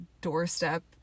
doorstep